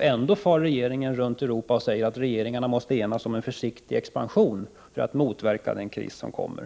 Ändå far regeringens företrädare runt i Europa och säger att regeringarna måste enas om en försiktig expansion för att motverka den kris som kommer.